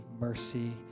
mercy